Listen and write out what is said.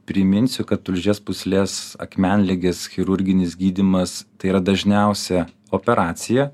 priminsiu kad tulžies pūslės akmenligės chirurginis gydymas tai yra dažniausia operacija